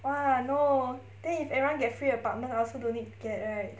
!wah! no then if everyone get free apartment I also don't need to get right